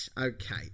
okay